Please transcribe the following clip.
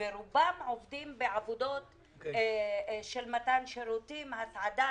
ורובם עובדים בעבודות של מתן שירותים הסעדה,